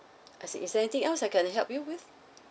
I see is there anything else I can help you with